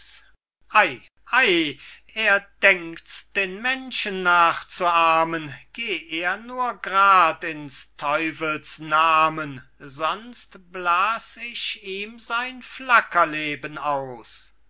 er denkt's den menschen nachzuahmen geh er nur g'rad in's teufels nahmen sonst blas ich ihm sein flacker leben aus